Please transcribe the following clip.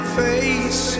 face